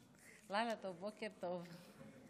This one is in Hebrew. לילה טוב, בוקר טוב.